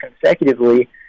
consecutively